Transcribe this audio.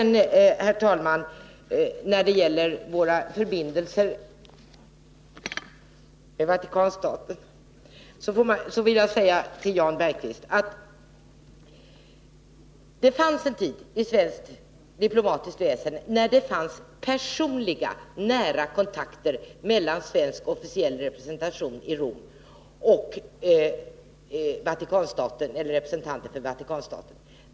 När det gäller våra förbindelser med Vatikanstaten vill jag till Jan Bergqvist säga att det var en tid när det fanns personliga nära kontakter mellan svensk officiell representation i Rom och representanter för Vatikanstaten.